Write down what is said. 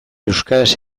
euskaraz